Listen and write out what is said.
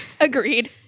Agreed